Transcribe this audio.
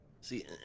See